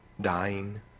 dying